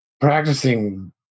practicing